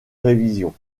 révision